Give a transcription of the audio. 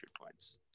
points